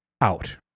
out